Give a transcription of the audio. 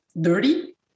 dirty